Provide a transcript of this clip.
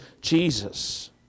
jesus